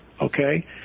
okay